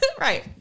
right